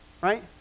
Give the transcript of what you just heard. Right